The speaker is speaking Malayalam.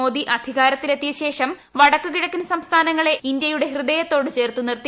മോദി അധികാരത്തിലെത്തിയ ശേഷം വടക്കു കിഴക്കൻ സംസ്ഥാനങ്ങളെ ഇന്ത്യയുടെ ഹൃദയത്തോട് ചേർത്ത് നിർത്തി